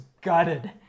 gutted